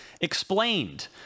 explained